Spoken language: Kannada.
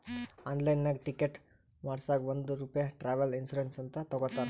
ಆನ್ಲೈನ್ನಾಗ್ ಟಿಕೆಟ್ ಮಾಡಸಾಗ್ ಒಂದ್ ರೂಪೆ ಟ್ರಾವೆಲ್ ಇನ್ಸೂರೆನ್ಸ್ ಅಂತ್ ತಗೊತಾರ್